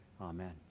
Amen